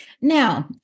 Now